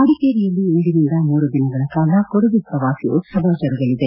ಮಡಿಕೇರಿಯಲ್ಲಿ ಇಂದಿನಿಂದ ಮೂರು ದಿನಗಳ ಕಾಲ ಕೊಡಗು ಪ್ರವಾಸಿ ಉತ್ಸವ ಜರುಗಲಿದೆ